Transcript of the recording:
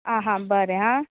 आं हां बरें हां